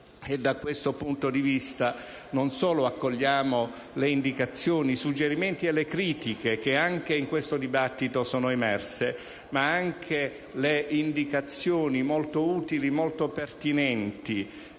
Da questo punto di vista non solo accogliamo le indicazioni, i suggerimenti e le critiche emerse anche in questo dibattito, ma anche le indicazioni molto utili e pertinenti